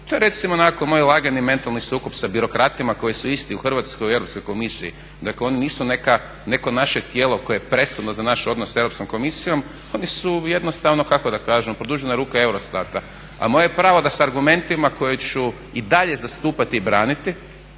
to je recimo onako moj lagani mentalni sukob sa birokratima koji su isti u Hrvatskoj i u Europskoj komisiji. Dakle, oni nisu neko naše tijelo koje je presudno za naš odnos sa Europskom komisijom, oni su jednostavno kako da kažem produžena ruka EUROSTAT-a a moje je pravo da s argumentima koje ću i dalje zastupati i braniti